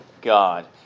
God